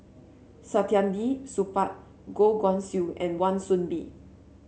Saktiandi Supaat Goh Guan Siew and Wan Soon Bee